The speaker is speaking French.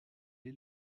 est